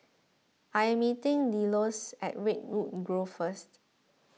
I am meeting Delois at Redwood Grove first